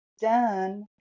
done